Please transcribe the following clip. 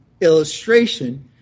illustration